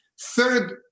Third